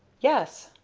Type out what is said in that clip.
yes,